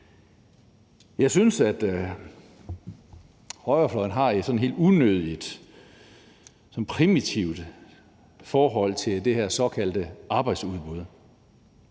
Jeg synes, at højrefløjen har et sådan helt unødig primitivt forhold til det her såkaldte arbejdsudbud.